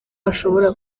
ashobora